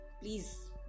please